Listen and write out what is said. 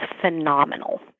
phenomenal